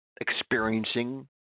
experiencing